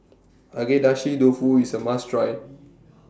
Agedashi Dofu IS A must Try